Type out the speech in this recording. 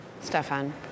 Stefan